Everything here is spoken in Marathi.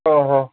हो हो